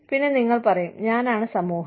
പിന്നെ നിങ്ങൾ പറയും ഞാനാണ് സമൂഹം